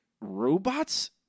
robots